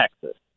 texas